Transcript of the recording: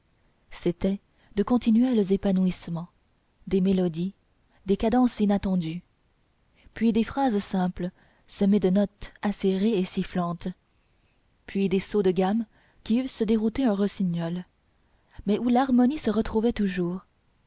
c'étaient de continuels épanouissements des mélodies des cadences inattendues puis des phrases simples semées de notes acérées et sifflantes puis des sauts de gammes qui eussent dérouté un rossignol mais où l'harmonie se retrouvait toujours